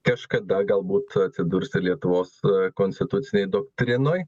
kažkada galbūt atsidurs ir lietuvos konstitucinėj doktrinoj